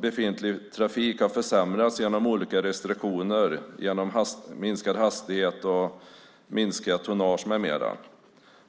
Befintlig trafik har försämrats genom olika restriktioner, till exempel minskad hastighet och minskat tonnage.